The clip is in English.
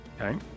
Okay